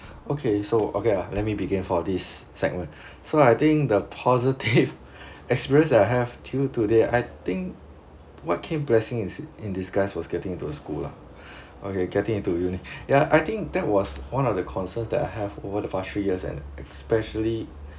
okay so okay lah let me begin for this segment so I think the positive experience that I have till today I think what came blessing is in disguise was getting into a school lah okay getting into uni ya I think that was one of the concerns that I have over the past three years and especially